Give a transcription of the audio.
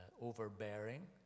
overbearing